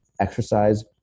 exercise